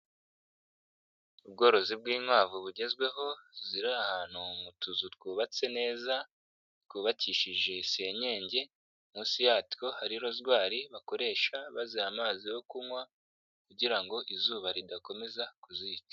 Ubworozi bw'inkwavu bugezweho ziri ahantu mu tuzu twubatse neza, twubakishije senyenge, munsi yatwo hari rozwari bakoresha baziha amazi yo kunywa kugira ngo izuba ridakomeza kuzica.